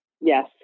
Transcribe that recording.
Yes